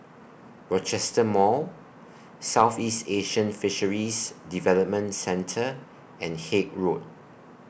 Rochester Mall Southeast Asian Fisheries Development Centre and Haig Road